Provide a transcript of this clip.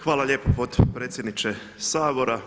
Hvala lijepo potpredsjedniče Sabora.